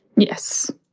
yes.